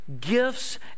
gifts